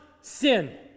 sin